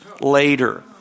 later